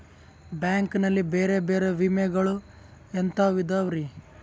Bank ನಲ್ಲಿ ಬೇರೆ ಬೇರೆ ವಿಮೆಗಳು ಎಂತವ್ ಇದವ್ರಿ?